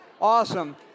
Awesome